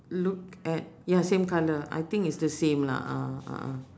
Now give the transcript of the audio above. look at ya same colour I think it's the same lah ah a'ah